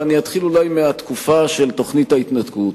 ואני אתחיל אולי מהתקופה של תוכנית ההתנתקות.